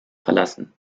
verlassen